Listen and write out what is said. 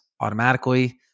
automatically